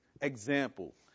example